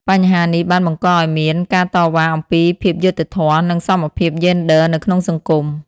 បញ្ហានេះបានបង្កឲ្យមានការតវ៉ាអំពីភាពយុត្តិធម៌និងសមភាពយេនឌ័រនៅក្នុងសង្គម។